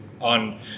on